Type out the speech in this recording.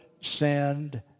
send